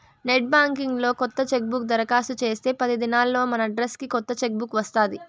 net banking లో కొత్త chequebook దరకాస్తు చేస్తే పది దినాల్లోనే మనడ్రస్కి కొత్త చెక్ బుక్ వస్తాది